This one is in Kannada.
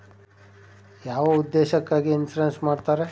ಯಾವ ಉದ್ದೇಶಕ್ಕಾಗಿ ಇನ್ಸುರೆನ್ಸ್ ಮಾಡ್ತಾರೆ?